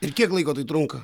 ir kiek laiko tai trunka